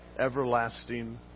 everlasting